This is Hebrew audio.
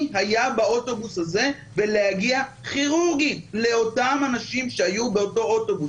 היה באוטובוס הזה ולהגיע כירורגית לאותם אנשים שהיו באותו אוטובוס.